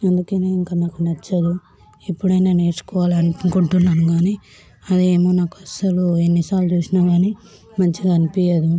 అందుకే నాకు ఇంకా నాకు నచ్చదు ఎప్పుడైనా నేర్చుకోవాలనుకుంటున్నాను గానీ అదేమో నాకు అస్సలు ఎన్నిసార్లు చూసినా గానీ మంచిగా అనిపించదు